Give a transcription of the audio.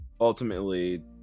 ultimately